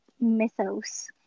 Mythos